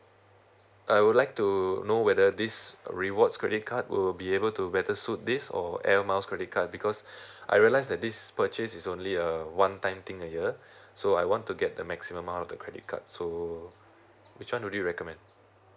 I would like to know whether this rewards credit card will be able to better suit this or airmiles credit card because I realise that this purchase is only a one time thing a year so I want to get the maximum out of the credit card so which one would you recommend